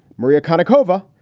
maria konnikova,